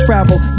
Travel